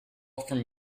from